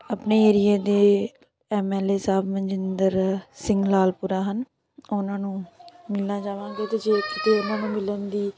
ਆਪਣੇ ਏਰੀਏ ਦੇ ਐੱਮ ਐੱਲ ਏ ਸਾਹਿਬ ਮਨਜਿੰਦਰ ਸਿੰਘ ਲਾਲਪੁਰਾ ਹਨ ਉਹਨਾਂ ਨੂੰ ਮਿਲਣਾ ਚਾਹਵਾਂਗੇ ਅਤੇ ਜੇ ਕਿਤੇ ਉਹਨਾਂ ਨੂੰ ਮਿਲਣ ਦੀ